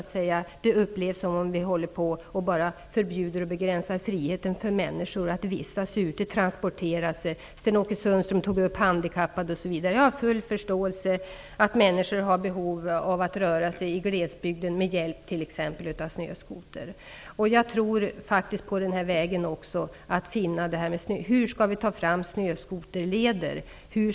Det skall inte upplevas så, att vi bara utfärdar förbud och begränsar människors frihet att vistas och röra sig ute i naturen. Sten-Ove Sundström tog bl.a. upp de handikappades problem. Jag har full förståelse för att människor har behov av att röra sig i glesbygden med hjälp av t.ex. snöskoter. Jag tror också att ett bra sätt att arbeta är att anlägga snöskoterleder.